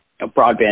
broadband